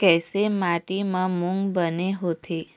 कइसे माटी म मूंग बने होथे?